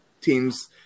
teams